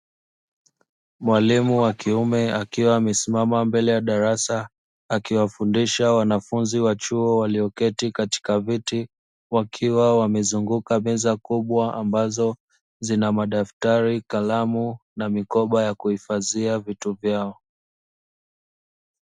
Mwalimu wa kiume akiwa amesimama mbele ya darasa akiwafundisha wanafunzi wa chuo walioketi katika viti, wakiwa wamezunguka meza kubwa ambazo zina madaftari kalamu na mikoba ya kuhifadhia vitu vyao.